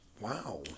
Wow